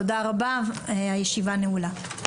תודה רבה, הישיבה נעולה.